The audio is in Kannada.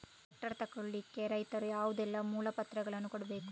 ಟ್ರ್ಯಾಕ್ಟರ್ ತೆಗೊಳ್ಳಿಕೆ ರೈತನು ಯಾವುದೆಲ್ಲ ಮೂಲಪತ್ರಗಳನ್ನು ಕೊಡ್ಬೇಕು?